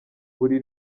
buri